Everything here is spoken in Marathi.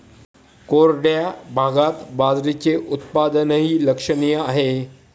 कोरड्या भागात बाजरीचे उत्पादनही लक्षणीय आहे